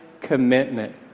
commitment